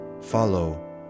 follow